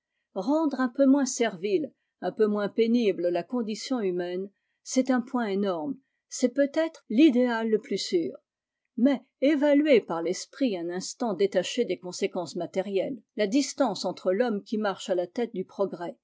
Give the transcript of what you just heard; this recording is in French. rendre un peu moins servile un peu moins pénible la condition humaine c'est un ooint énorme c'est peut-être l'idéal le plus r mais évaluée par l'esprit un instant déché des conséquences matérielles la distance itre l'homme qui marche à la tète du progrès